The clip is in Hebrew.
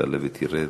תעלה ותרד.